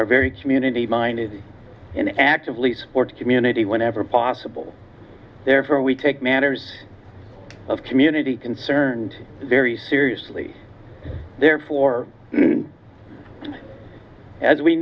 are very community minded and actively support community whenever possible therefore we take matters of community concern very seriously therefore as we